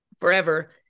forever